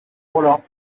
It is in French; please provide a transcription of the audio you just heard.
rollat